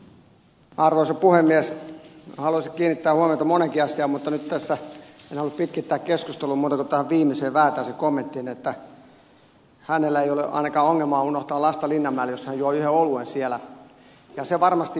haluaisin kiinnittää huomiota moneenkin asiaan mutta en nyt tässä halua pitkittää keskustelua muuten kuin sanoa liittyen tähän viimeiseen väätäisen kommenttiin että hänellä ei ole ainakaan ongelmaa unohtaa lasta linnanmäelle jos hän juo yhden oluen siellä ja se varmasti pitää paikkansa